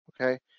Okay